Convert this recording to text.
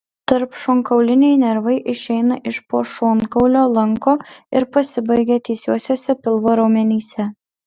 tarpšonkauliniai nervai išeina iš po šonkaulio lanko ir pasibaigia tiesiuosiuose pilvo raumenyse